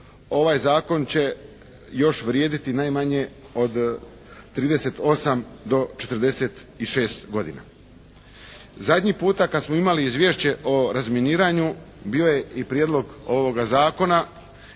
ovaj zakon će još vrijediti najmanje od 38 do 46 godina. Zadnji puta kad smo imali izvješće o razminiranju bio je i prijedlog ovoga zakona,